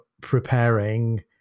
preparing